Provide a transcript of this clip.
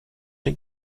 den